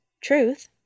truth